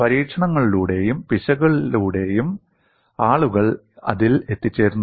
പരീക്ഷണങ്ങളിലൂടെയും പിശകിലൂടെയും ആളുകൾ അതിൽ എത്തിച്ചേരുന്നു